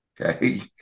okay